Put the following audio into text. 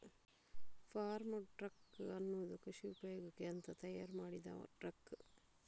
form truck ಅನ್ನುದು ಕೃಷಿ ಉಪಯೋಗಕ್ಕೆ ಅಂತ ತಯಾರು ಮಾಡಿದಂತ ಟ್ರಕ್